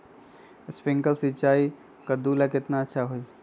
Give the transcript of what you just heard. Sprinkler सिंचाई कददु ला केतना अच्छा होई?